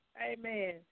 Amen